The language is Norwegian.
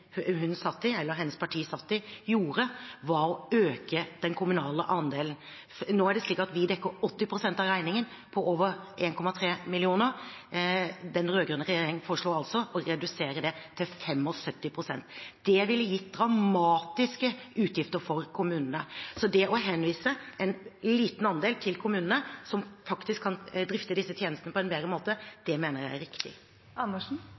hennes parti satt i, gjorde, var å øke den kommunale andelen. Nå er det slik at vi dekker 80 pst. av regningen på over 1,3 mill. kr. Den rød-grønne regjeringen foreslo å redusere det til 75 pst. Det ville gitt dramatiske utgifter for kommunene. Så det å henvise en liten andel til kommunene, som faktisk kan drifte disse tjenestene på en bedre måte,